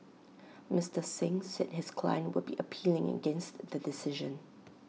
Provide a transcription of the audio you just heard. Mister Singh said his client would be appealing against the decision